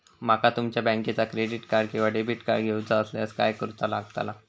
माका तुमच्या बँकेचा क्रेडिट कार्ड किंवा डेबिट कार्ड घेऊचा असल्यास काय करूचा लागताला?